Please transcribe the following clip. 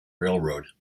railroad